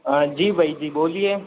हाँ जी भाई जी बोलिए